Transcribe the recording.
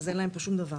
אז אין להם פה שום דבר.